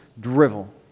drivel